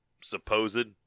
supposed